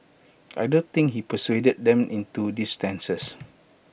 I don't think he persuaded them into these stances